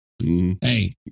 Hey